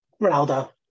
Ronaldo